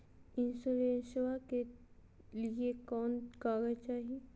इंसोरेंसबा के लिए कौन कागज चाही?